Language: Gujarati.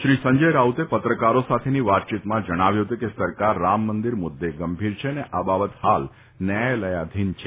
શ્રી સંજય રાઉતે પત્રકારો સાથેની વાતચીતમાં જણાવ્યું હતું કે સરકાર રામમંદિર મુદ્દે ગંભીર છે અને આ બાબત હાલ ન્યાયાલયાધીન છે